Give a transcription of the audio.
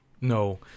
No